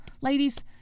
Ladies